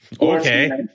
Okay